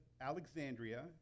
Alexandria